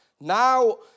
Now